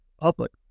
public